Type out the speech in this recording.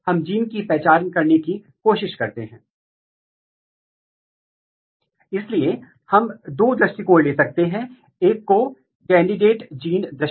हमें मान लेते हैं कि यदि आप का विकासात्मक रेगुलेटर एक ट्रांसक्रिप्शन कारक है जिसका मतलब है इसके कार्य के लिए यह जाकर किसी DNA एलिमेंट से बाइंड करेगा